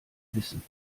wissen